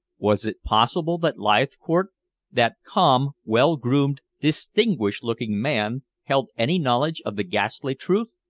was it possible that leithcourt, that calm, well-groomed, distinguished-looking man, held any knowledge of the ghastly truth?